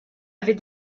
avait